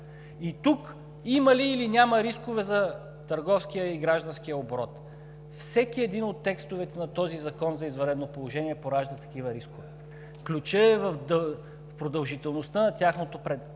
Тук има или няма рискове за търговския и гражданския оборот? Всеки един от текстовете на този закон за извънредното положение поражда такива рискове. Ключът е в продължителността на тяхното прилагане.